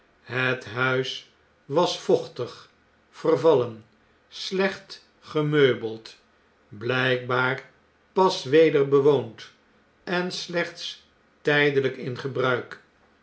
het huis was vochtig vervallen slecht gemeubeld biykbaar pas weder bewoond en slechts tydeiyk in gebruik